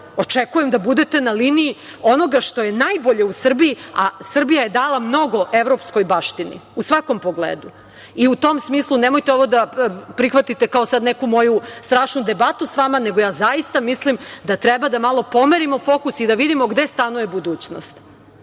očekujem da budete na liniji onoga što je najbolje u Srbiji, a Srbija je dala mnogo evropskoj baštini u svakom pogledu. U tom smislu nemojte ovo da prihvatite sad kao neku moju strašnu debatu sa vama, nego zaista mislim da treba malo da pomerimo fokus i da vidimo gde stanuje budućnost.